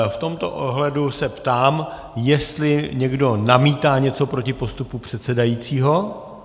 V tomto ohledu se ptám, jestli někdo namítá něco proti postupu předsedajícího.